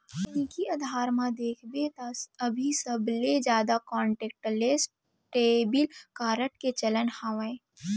तकनीकी अधार म देखबे त अभी सबले जादा कांटेक्टलेस डेबिड कारड के चलन हावय